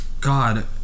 God